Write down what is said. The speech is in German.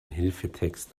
hilfetext